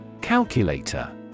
Calculator